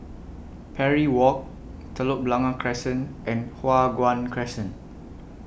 Parry Walk Telok Blangah Crescent and Hua Guan Crescent